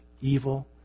evil